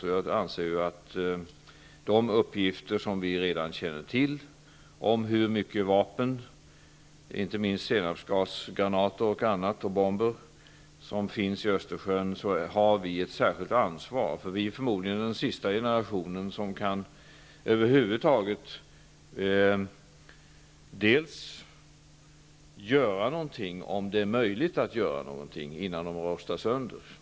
Och jag anser att de uppgifter som vi redan känner till om hur mycket vapen, inte minst senapsgasgranater, bomber och annat, som finns i Östersjön innebär att vi har ett särskilt ansvar, eftersom vi förmodligen är den sista generation som över huvud taget kan göra något, om det är möjligt att göra något, innan de rostar sönder.